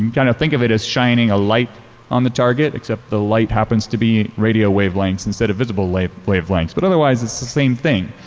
yeah and think of it as shining a light on the target, except the light happens to be radio wavelengths instead of visible wavelengths. but otherwise it's the same thing.